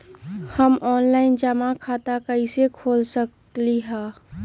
हम ऑनलाइन जमा खाता कईसे खोल सकली ह?